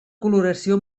coloració